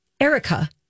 Erica